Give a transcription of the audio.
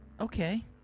Okay